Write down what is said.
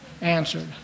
answered